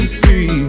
see